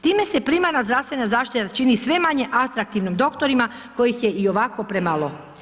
Time se primarna zdravstvena zaštita čini sve manje atraktivnom doktorima kojih je i ovako premalo.